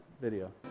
video